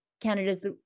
Canada's